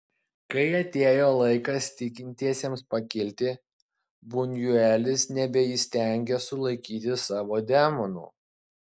kai atėjo laikas tikintiesiems pakilti bunjuelis nebeįstengė sulaikyti savo demonų